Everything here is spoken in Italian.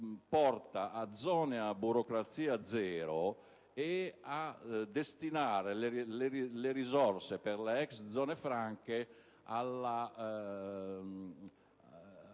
porta a zone a burocrazia zero e a destinare le risorse per le ex zone franche ai